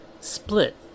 split